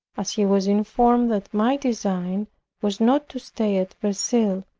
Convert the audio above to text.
as he was informed that my design was not to stay at verceil,